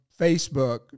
Facebook